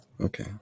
Okay